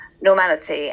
normality